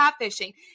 catfishing